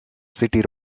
city